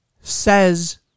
says